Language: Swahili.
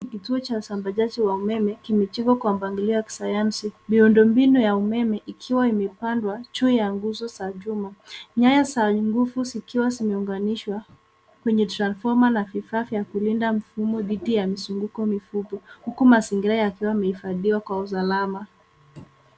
Kituo cha usambazaji wa umeme kimejengwa kwa mpangilio wa kisayansi. Miundombinu ya umeme ikiwa imepandwa juu ya nguzo za chuma, nyayo za nguvu zikiwa zimeunganishwa kwenye transformer na vifaa vya kulinda mfumo dhidi ya mizunguko mifupi, huku mazingira yakiwa yamehifadhiwa kwa usalama.